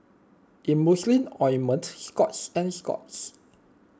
Emulsying Ointment Scott's and Scott's